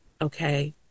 okay